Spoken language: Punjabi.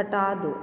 ਹਟਾ ਦੋ